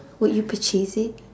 would you purchase it